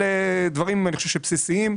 אלה דברים בסיסיים.